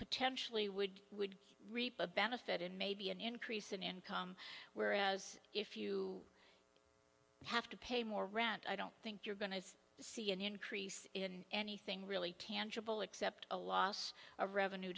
potentially would would reap a benefit in maybe an increase in income whereas if you have to pay more rent i don't think you're going to see an increase in anything really tangible except a las a revenue